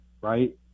right